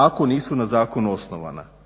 ako nisu na zakonu osnovana.